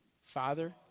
Father